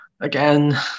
again